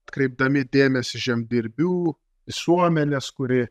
atkreipdami dėmesį žemdirbių visuomenės kuri